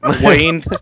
Wayne